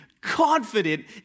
confident